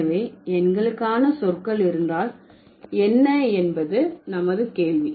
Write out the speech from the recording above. எனவே எண்களுக்கான சொற்கள் இருந்தால் என்ன என்பது நமது கேள்வி